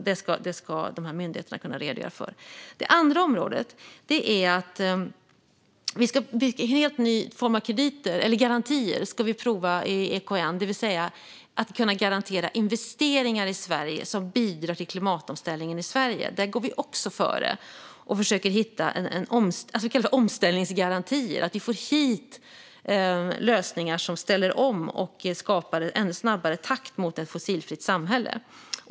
Det andra området är att vi ska prova en helt ny form av garantier i EKN, det vill säga att vi ska kunna garantera investeringar i Sverige som bidrar till klimatomställningen i Sverige. Där går vi också före och försöker hitta omställningsgarantier - att vi får hit lösningar som ställer om och skapar en ännu snabbare takt mot ett fossilfritt samhälle.